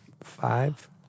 Five